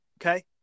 okay